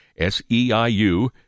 SEIU